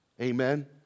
Amen